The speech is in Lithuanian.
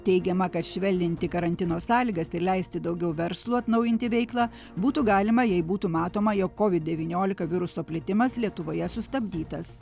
teigiama kad švelninti karantino sąlygas ir leisti daugiau verslų atnaujinti veiklą būtų galima jei būtų matoma jog covid devyniolika viruso plitimas lietuvoje sustabdytas